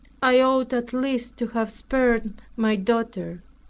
i ought at least to have spared my daughter.